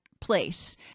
place